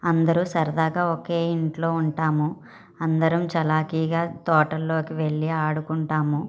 అందరూ సరదాగా ఒకే ఇంట్లో ఉంటాము అందరం చలాకిగా తోటకి వెళ్ళి ఆడుకుంటాము